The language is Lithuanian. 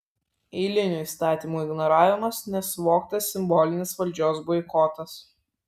eilinių įstatymų ignoravimas nesuvoktas simbolinis valdžios boikotas